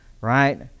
right